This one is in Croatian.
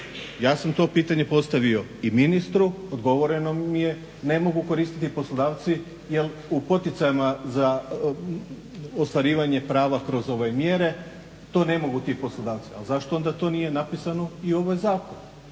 Ja sam to pitanje postavio i ministru, odgovoreno mi je ne mogu koristiti poslodavci jer u poticajima za ostvarivanje prava kroz ove mjere to ne mogu ti poslodavci. Ali zašto onda to nije napisano i u ovaj zakon.